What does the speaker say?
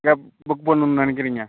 gap book பண்ணனும்னு நினைக்கிறீங்க